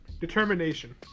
Determination